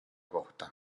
kohta